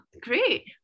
Great